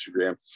instagram